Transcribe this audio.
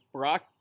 Brock